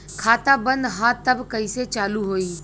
खाता बंद ह तब कईसे चालू होई?